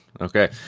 Okay